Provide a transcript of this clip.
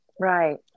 right